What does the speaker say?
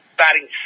batting